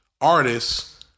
artists